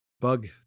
bug